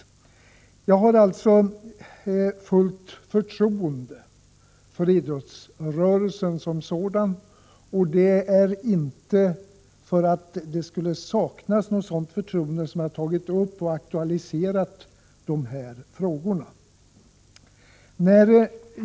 Jag har alltså fullt förtroende för idrottsrörelsen som sådan, och det är inte för att det skulle saknas något sådant förtroende som jag tagit upp och aktualiserat de här frågorna.